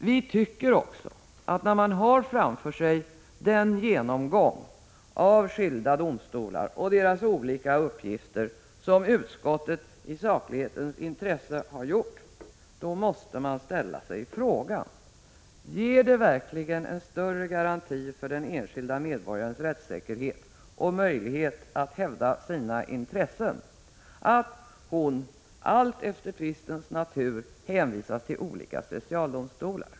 Vi tycker också, att när man har framför sig den genomgång av skilda domstolar och deras olika uppgifter som utskottet i saklighetens intresse har gjort, då måste man ställa sig frågan: Ger det verkligen en större garanti för den enskilde medborgarens rättssäkerhet och möjlighet att hävda sina intressen att hon, alltefter tvistens natur, hänvisas till olika specialdomstolar?